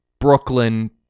brooklyn